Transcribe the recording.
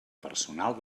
personal